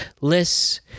lists